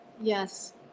yes